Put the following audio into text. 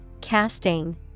casting